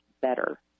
better